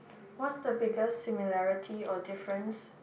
what's the biggest similarity or difference